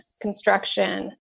construction